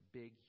big